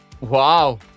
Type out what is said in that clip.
Wow